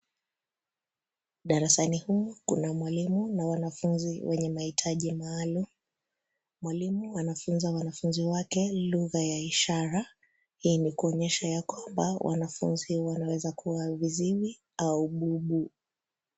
Darasani humu kuna mwalimu na wanafunzi wenye mahitaji maalum. Mwalimu anafunza wanafunzi wake lugha ya ishara, hii ni kuonyesha ya kwamba wanafunzi wanaweza kuwa viziwi au bubu.